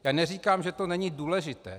Já neříkám, že to není důležité.